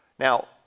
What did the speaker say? Now